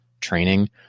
training